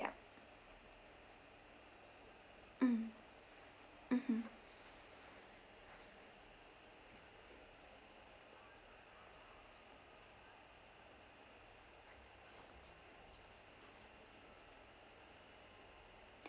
ya mm mmhmm